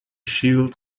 shield